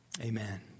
amen